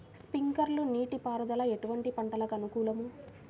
Sprinkler నీటిపారుదల ఎటువంటి పంటలకు అనుకూలము?